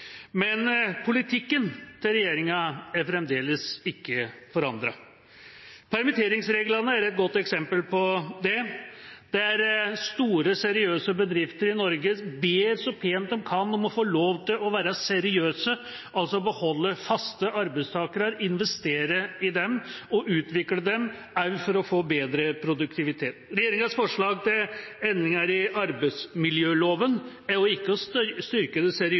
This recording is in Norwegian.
Men politikken til regjeringa er fremdeles ikke forandret. Permitteringsreglene er et godt eksempel. Store, seriøse bedrifter i Norge ber så pent de kan om å få lov til å være seriøse, altså beholde faste arbeidstakere, investere i dem og utvikle dem, for å få bedre produktivitet. Regjeringas forslag til endringer i arbeidsmiljøloven er ikke med på å styrke det